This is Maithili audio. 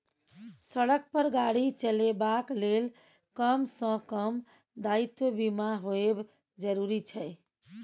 सड़क पर गाड़ी चलेबाक लेल कम सँ कम दायित्व बीमा होएब जरुरी छै